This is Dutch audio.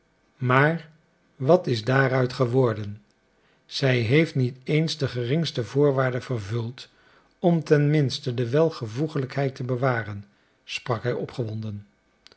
maar wat is daaruit geworden zij heeft niet eens de geringste voorwaarde vervuld om ten minste de welvoeglijkheid te bewaren sprak hij opgewonden